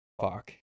fuck